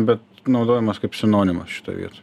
bet naudojamas kaip sinonimas šitoj vietoj